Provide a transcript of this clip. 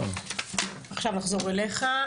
עכשיו נחזור אליך.